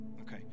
okay